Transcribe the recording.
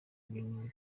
ibintu